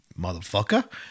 motherfucker